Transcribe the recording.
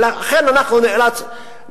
לכן אני נאלץ,